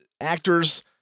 Actors